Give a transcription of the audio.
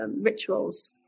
rituals